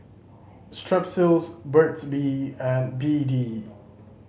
Strepsils Burt's Bee and B D